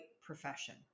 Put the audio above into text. profession